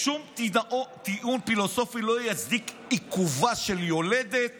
"ושום טיעון פילוסופי לא יצדיק עיכובה של יולדת